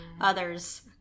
others